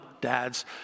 dads